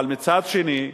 אבל מצד שני,